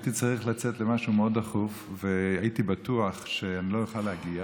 הייתי צריך לצאת למשהו מאוד דחוף והייתי בטוח שאני לא אוכל להגיע,